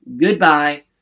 Goodbye